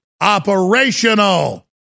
operational